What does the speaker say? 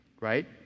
Right